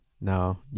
Now